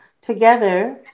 together